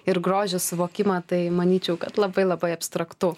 ir grožio suvokimą tai manyčiau kad labai labai abstraktu